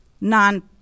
Non